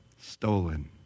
Stolen